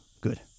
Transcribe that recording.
good